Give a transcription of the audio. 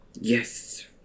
Yes